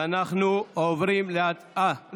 אנחנו עוברים להצבעה.